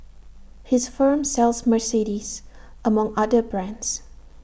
his firm sells Mercedes among other brands